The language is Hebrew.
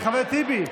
חבר הכנסת טיבי,